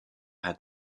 had